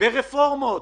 ברפורמות,